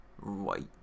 right